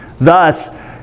Thus